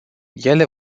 ele